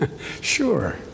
Sure